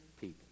people